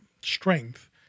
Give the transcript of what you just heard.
strength